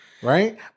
Right